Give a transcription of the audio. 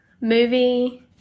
movie